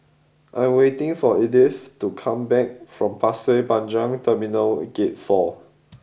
I'm waiting for Edith to come back from Pasir Panjang Terminal Gate four